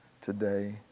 today